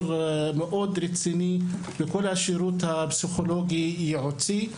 מאוד רציני בכל השרות הפסיכולוגי ייעוצי.